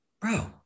Bro